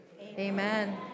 Amen